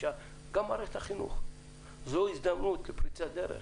גם במערכת החינוך זו הזדמנות לפריצת דרך.